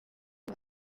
y’u